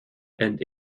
and